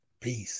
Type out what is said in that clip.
Peace